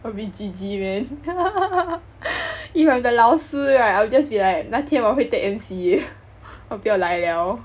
a bit G_G man if I am the 老师 right I'll just be like 那天我会 take M_C 我不要来了